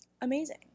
amazing